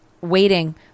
waiting